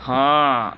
ହଁ